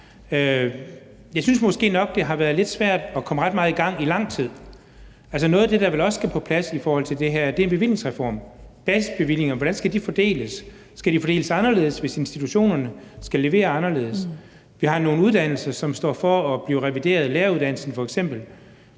jeg synes måske nok, det har været lidt svært at komme ret meget i gang i lang tid. Altså, noget af det, der vel også skal på plads i forhold til det her, er bevillingsreformen. Hvordan skal basisbevillingerne fordeles? Skal de fordeles anderledes, hvis institutionerne skal levere anderledes? Vi har nogle uddannelser som f.eks. læreruddannelsen, som